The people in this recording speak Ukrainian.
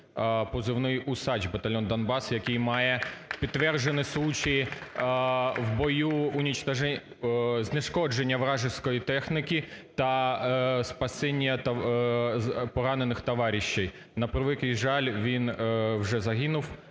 позивний "Усач", батальйон "Донбас", який має підтверджений случай в бою знешкодження вражескої техніки та спасіння поранених товарищей. На превеликий жаль, він вже загинув.